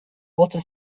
water